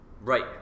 right